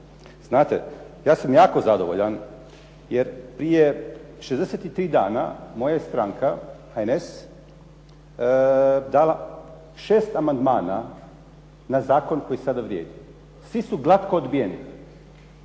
Znate, ja sam jako zadovoljan jer prije 63 dana moja je stranka, HNS, dala 6 amandmana na zakon koji sada vrijedi. Svi su glatko odbijeni.